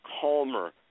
calmer